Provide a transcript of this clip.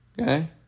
Okay